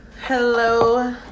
Hello